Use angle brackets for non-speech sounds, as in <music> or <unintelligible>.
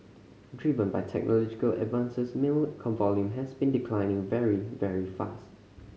driven by technological advances mail <unintelligible> volume has been declining very very fast